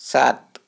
सात